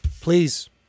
please